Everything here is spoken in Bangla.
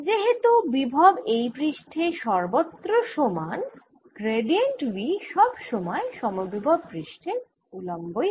যেহেতু বিভব এই পৃষ্ঠে সর্বত্র সমান গ্র্যাডিয়েন্ট V সব সময় সমবিভব পৃষ্ঠের উলম্বই হয়